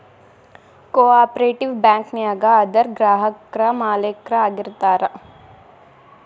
ಕೊ operative bank ನ್ಯಾಗ ಅದರ್ ಗ್ರಾಹಕ್ರ ಮಾಲೇಕ್ರ ಆಗಿರ್ತಾರ